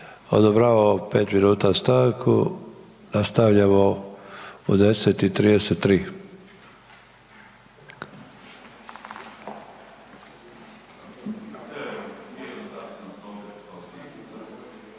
Odobravamo 5 minuta stanku. Nastavljamo u 10,33.